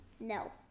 No